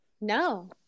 No